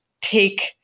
take